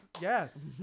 yes